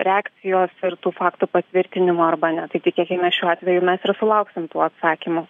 reakcijos ir tų faktų patvirtinimo arba ne tai tikėkimės šiuo atveju mes ir sulauksim tų atsakymų